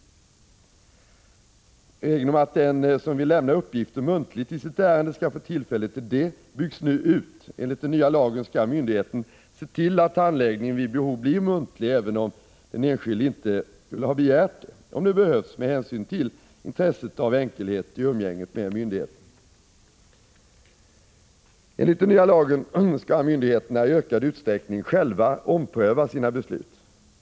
Regeln om att den som vill lämna uppgifter muntligt i ett ärende skall få tillfälle till det byggs nu ut. Enligt den nya lagen skall myndigheten se till att handläggningen vid behov blir muntlig även om den enskilde inte har begärt det, men om det behövs med hänsyn till intresset av enkelhet i umgänget med myndigheten. Enligt den nya lagen skall myndigheterna i ökad utsträckning själva ompröva sina beslut.